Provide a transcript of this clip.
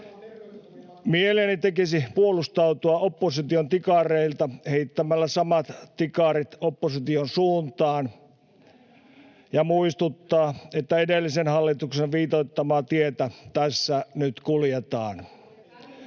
Mieleni tekisi puolustautua opposition tikareilta heittämällä samat tikarit opposition suuntaan [Hanna-Leena Mattila: Heitämme ne takaisin!] ja muistuttaa, että edellisen hallituksen viitoittamaa tietä tässä nyt kuljetaan.